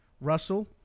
Russell